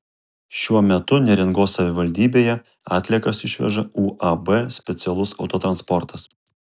šiuo metu neringos savivaldybėje atliekas išveža uab specialus autotransportas